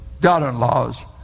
daughter-in-laws